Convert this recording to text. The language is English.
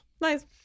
Nice